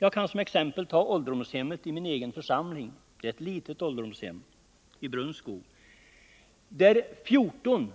Jag kan som exempel ta det lilla ålderdomshemmet i min egen församling Brunskog, där 14